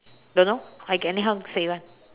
don't know I anyhow say [one]